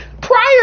prior